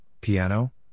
piano